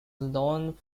known